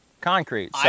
concrete